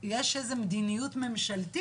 יש איזו שהיא מדיניות ממשלתית